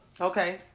Okay